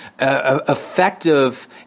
effective